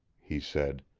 he said.